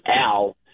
Al